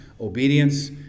obedience